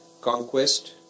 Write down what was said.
conquest